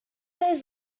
days